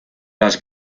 las